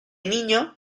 niño